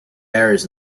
errors